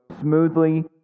smoothly